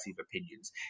opinions